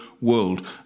World